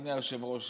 אדוני היושב-ראש,